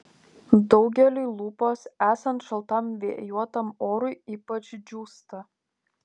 daugeliui lūpos esant šaltam vėjuotam orui ypač džiūsta